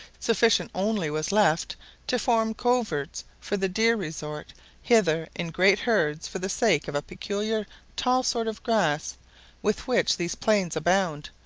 sufficient only was left to form coverts for the deer resort hither in great herds for the sake of a peculiar tall sort of grass with which these plains abound,